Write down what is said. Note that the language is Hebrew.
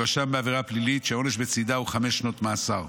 יואשם בעבירה פלילית שהעונש בצידה הוא חמש שנות מאסר.